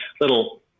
little